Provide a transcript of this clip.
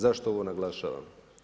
Zašto ovo naglašavam?